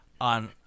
on